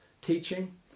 teaching